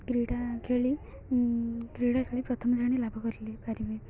କ୍ରୀଡ଼ା ଖେଳି କ୍ରୀଡ଼ା ଖେଳି ପ୍ରଥମେ ଜଣେ ଲାଭ କରିପାରିବେ